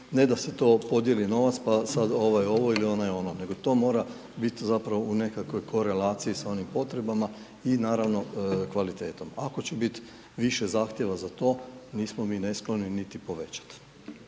Ne da se to podijeli novac, pa sad ovaj ovo ili onaj ono, nego to mora bit zapravo u nekakvoj korelaciji sa onim potrebama i naravno kvalitetom. Ako će bit više zahtjeva za to nismo mi neskloni niti povećat.